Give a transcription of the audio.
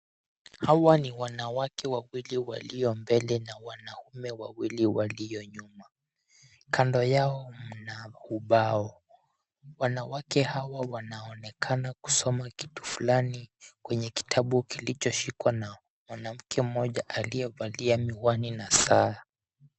Hawa ni wanawake wawili walio mbele na wanaume wawili walio nyuma. Kando yao mna ubao. Wanawake hawa wanaonekana kusoma kitu fulani kwenye kitabu kilicho shikwa na mwanamke mmoja aliyevalia miwani na saa.